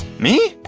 me!